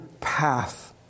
path